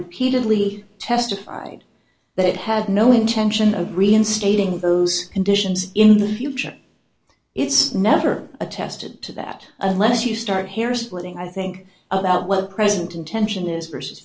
repeatedly testified that it had no intention of reinstating those conditions in the future it's never attested to that unless you start hairsplitting i think about well present intention is versus